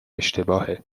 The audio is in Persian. اشتباهه